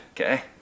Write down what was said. Okay